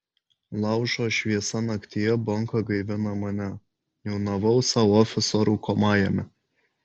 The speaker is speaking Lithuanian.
laužo šviesa naktyje bonka gaivina mane niūniavau sau ofiso rūkomajame